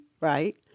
Right